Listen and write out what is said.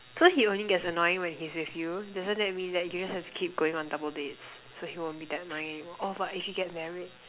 so he only gets annoying when he's with you doesn't that mean that you guys have to keep going on double dates so he won't be that annoying oh but if you get married